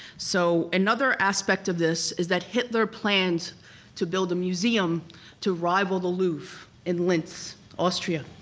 so another aspect of this is that hitler plans to build a museum to rival the louvre in linz, austria.